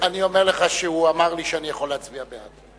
אני אומר לך שהוא אמר לי שאני יכול להצביע בעד.